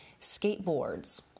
skateboards